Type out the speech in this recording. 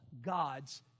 God's